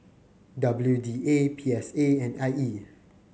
W D A P S A and I E